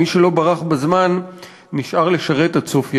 מי שלא ברח בזמן נשאר לשרת עד סוף ימיו,